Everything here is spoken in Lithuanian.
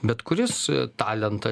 bet kuris talentas